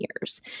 years